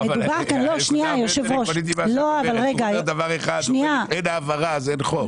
בסופו של דבר אם אין הערה - אין חוק.